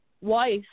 wife